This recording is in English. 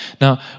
Now